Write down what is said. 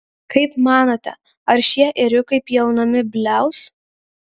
kaip manote ar šie ėriukai pjaunami bliaus